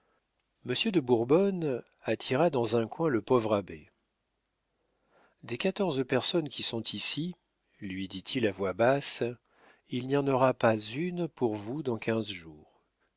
de bourbonne attira dans un coin le pauvre abbé des quatorze personnes qui sont ici lui dit-il à voix basse il n'y en aura pas une pour vous dans quinze jours